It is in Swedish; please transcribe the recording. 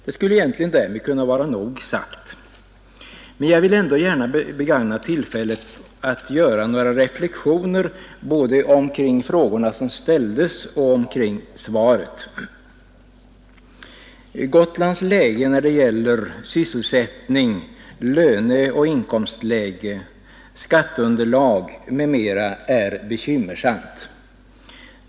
Det skulle egentligen därmed kunna vara nog sagt, men jag vill ändå gärna begagna tillfället att göra några reflexioner, både omkring frågorna som ställdes och omkring svaret. Gotlands situation när det gäller sysselsättning, löneoch inkomstläge, skatteunderlag m.m. är bekymmersam.